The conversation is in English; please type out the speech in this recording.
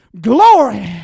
glory